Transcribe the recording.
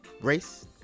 race